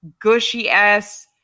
gushy-ass